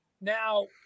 Now